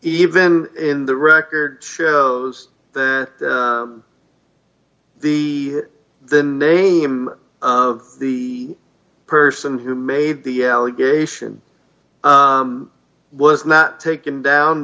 even in the record shows that the the name of the person who made the allegation was not taken down